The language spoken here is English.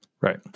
Right